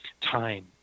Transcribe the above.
time